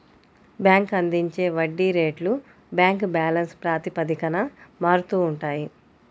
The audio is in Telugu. బ్యాంక్ అందించే వడ్డీ రేట్లు బ్యాంక్ బ్యాలెన్స్ ప్రాతిపదికన మారుతూ ఉంటాయి